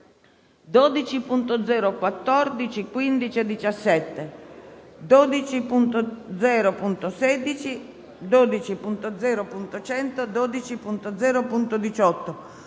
12.0.17, 12.0.16, 12.0.100 e 12.0.18,